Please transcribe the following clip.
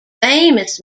famous